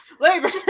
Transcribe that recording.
labor